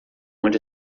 onde